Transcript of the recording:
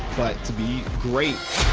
but to be great.